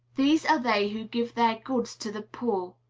these are they who give their goods to the poor,